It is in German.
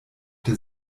der